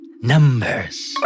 numbers